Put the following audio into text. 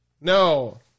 No